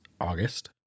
August